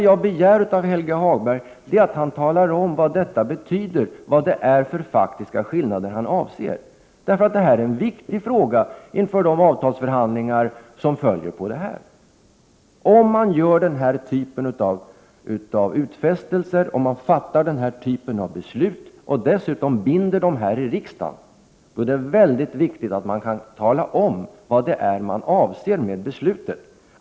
Jag begär av Helge Hagberg endast att han talar om, vad detta betyder och vad det är för faktiska skillnader han avser. Det här är en viktig fråga inför de avtalsförhandlingar som skall följa. Om man gör denna typ av utfästelser och fattar den här typen av beslut samt dessutom binder upp dem här i riksdagen, är det väldigt viktigt att man kan tala om, vad det är man avser med besluten.